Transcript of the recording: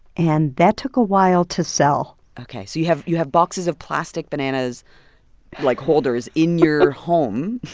and that took a while to sell ok, so you have you have boxes of plastic bananas like, holders in your home